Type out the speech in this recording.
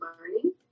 learning